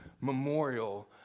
memorial